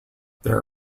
their